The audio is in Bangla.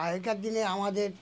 আগেকার দিনে আমাদের